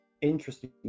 interesting